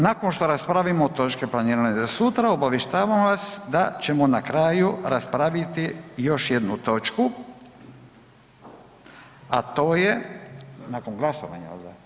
Nakon šta raspravimo točke planirane za sutra, obavještavam vas da ćemo na kraju raspraviti još jednu točku a to je… … [[Upadica sa strane, ne razumije se.]] nakon glasovanja, jel da?